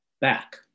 back